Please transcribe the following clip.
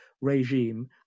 regime